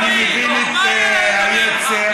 אני מבין את היצר,